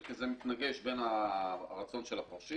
כי זה מתנגש עם הרצון של הפורשים,